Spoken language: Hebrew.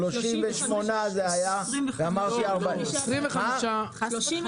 זה היה 38 ואמרתי 40. לא,